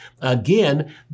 Again